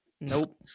Nope